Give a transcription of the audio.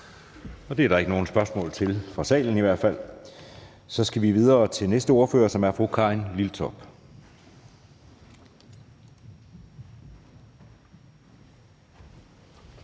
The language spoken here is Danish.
Og det er der ikke nogen spørgsmål til fra salen. Så skal vi videre til næste ordfører, som er fru Karin Liltorp.